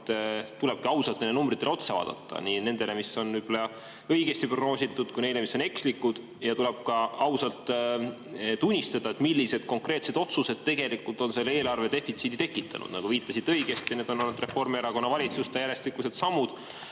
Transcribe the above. tulebki ausalt nendele numbritele otsa vaadata, nii nendele, mis on õigesti prognoositud, kui ka neile, mis on ekslikud. Tuleb ka ausalt tunnistada, millised konkreetsed otsused tegelikult on selle eelarve defitsiidi tekitanud. Nagu viitasite õigesti, need on olnud Reformierakonna valitsuste järjestikused sammud,